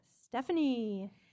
Stephanie